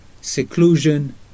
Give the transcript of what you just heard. seclusion